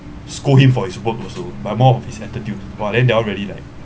scold him for his work also but more of his attitude !wah! then they all really like